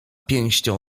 pięścią